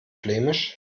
flämisch